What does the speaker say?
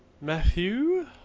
Matthew